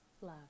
love